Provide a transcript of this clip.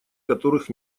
которых